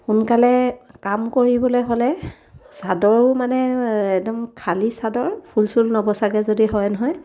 সোনকালে কাম কৰিবলৈ হ'লে চাদৰো মানে একদম খালী চাদৰ ফুল চুল নবচাকৈ যদি হয় নহয়